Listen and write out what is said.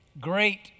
great